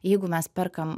jeigu mes perkam